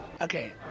okay